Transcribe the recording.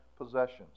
possessions